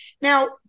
Now